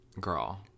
Girl